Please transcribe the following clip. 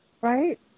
Right